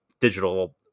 digital